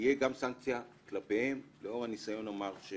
שתהיה סנקציה כלפיהם לאור הניסיון המר.